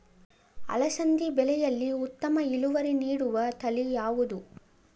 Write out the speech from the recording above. ಅಲಸಂದಿ ಬೆಳೆಯಲ್ಲಿ ಉತ್ತಮ ಇಳುವರಿ ನೀಡುವ ತಳಿ ಯಾವುದು?